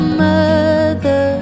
mother